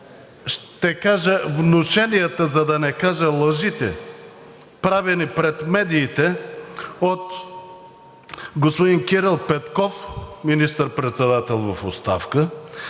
ще кажа внушенията, за да не кажа лъжите, правени пред медиите от господин Кирил Петков – министър-председател в оставка,